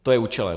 To je účelem.